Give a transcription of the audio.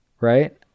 right